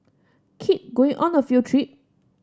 kid going on a field trip